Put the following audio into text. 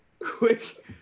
Quick